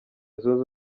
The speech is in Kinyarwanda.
zunze